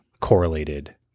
correlated